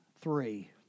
three